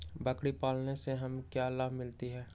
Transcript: बकरी पालने से हमें क्या लाभ मिलता है?